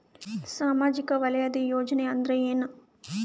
ಸಾಮಾಜಿಕ ವಲಯದ ಯೋಜನೆ ಅಂದ್ರ ಏನ?